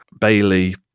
bailey